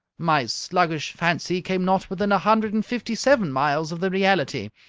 my sluggish fancy came not within a hundred and fifty-seven miles of the reality.